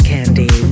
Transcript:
Candy